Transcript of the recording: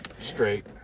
straight